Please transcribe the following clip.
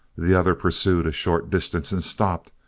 the other pursued a short distance and stopped,